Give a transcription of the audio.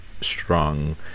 strong